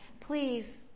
please